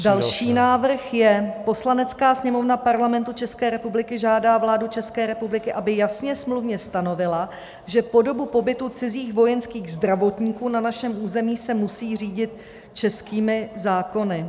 Další návrh je: Poslanecká sněmovna Parlamentu České republiky žádá vládu ČR, aby jasně smluvně stanovila, že po dobu pobytu cizích vojenských zdravotníků na našem území se musí řídit českými zákony.